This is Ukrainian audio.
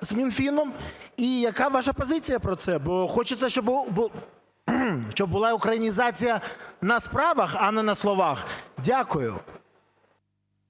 з Мінфіном? І яка ваша позиція про це? Бо хочеться, щоб була українізації на справах, а не на словах. Дякую.